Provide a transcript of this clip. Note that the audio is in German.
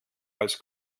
als